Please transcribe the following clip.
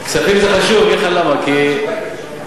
כספים זה חשוב, כי היושב-ראש,